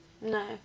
No